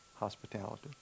Hospitality